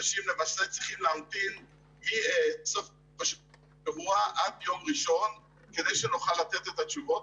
אנשים למעשה צריכים להמתין עד יום ראשון כדי שנוכל לתת את התשובות,